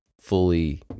fully